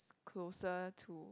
closer to